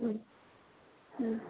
उम उम